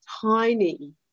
tiny